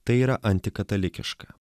tai yra antikatalikiška